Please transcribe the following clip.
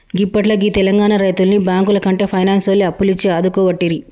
గిప్పట్ల గీ తెలంగాణ రైతుల్ని బాంకులకంటే పైనాన్సోల్లే అప్పులిచ్చి ఆదుకోవట్టిరి